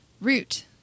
Root